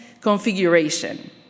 configuration